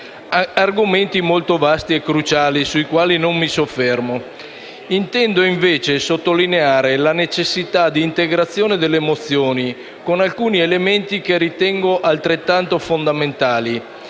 Argomenti molto vasti e cruciali, sui quali però non mi soffermo. Intendo invece sottolineare la necessità di integrazione delle mozioni con alcuni elementi che ritengo altrettanto fondamentali